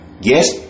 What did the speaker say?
yes